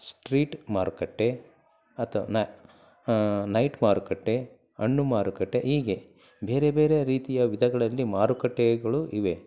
street ಮಾರುಕಟ್ಟೆ ಅಥ ನ ನೈಟ್ ಮಾರುಕಟ್ಟೆ ಹಣ್ಣು ಮಾರುಕಟ್ಟೆ ಹೀಗೆ ಬೇರೆ ಬೇರೆ ರೀತಿಯ ವಿಧಗಳಲ್ಲಿ ಮಾರುಕಟ್ಟೆಗಳು ಇವೆ